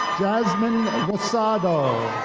jasmine lasavo.